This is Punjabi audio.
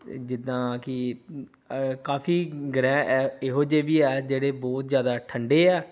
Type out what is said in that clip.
ਅਤੇ ਜਿੱਦਾਂ ਕਿ ਕਾਫੀ ਗ੍ਰਹਿ ਹੈ ਇਹੋ ਜਿਹੇ ਵੀ ਆ ਜਿਹੜੇ ਬਹੁਤ ਜ਼ਿਆਦਾ ਠੰਡੇ ਹੈ